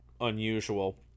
unusual